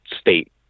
state